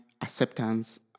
acceptance